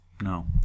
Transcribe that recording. no